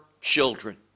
children